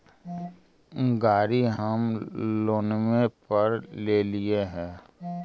गाड़ी हम लोनवे पर लेलिऐ हे?